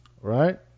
Right